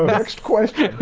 next question.